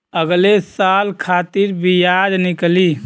अगले साल खातिर बियाज निकली